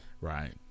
Right